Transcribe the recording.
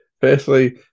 Firstly